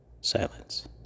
silence